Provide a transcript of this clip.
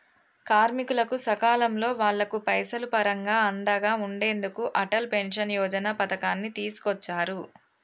కార్మికులకు సకాలంలో వాళ్లకు పైసలు పరంగా అండగా ఉండెందుకు అటల్ పెన్షన్ యోజన పథకాన్ని తీసుకొచ్చారు